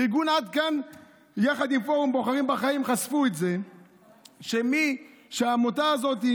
ארגון עד כאן ופורום בוחרים בחיים חשפו את זה שהעמותה הזאת,